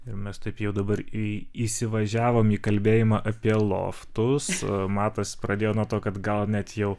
ir mes taip jau dabar į įsivažiavome į kalbėjimą apie loftus matas pradėjo nuo to kad gal net jau